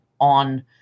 on